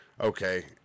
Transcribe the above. okay